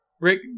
Rick